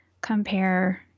compare